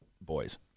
boys